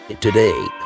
Today